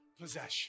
possession